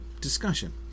discussion